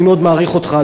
אני מאוד מעריך אותך,